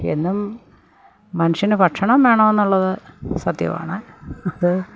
എന്നും മനുഷ്യന് ഭക്ഷണം വേണമെന്നുള്ളത് സത്യമാണ് അത്